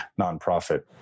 nonprofit